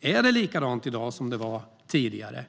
Är rollen likadan i dag som tidigare?